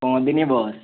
Kumudini bus